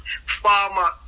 farmer